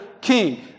king